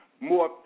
more